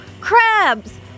crabs